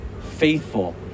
faithful